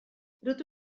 rydw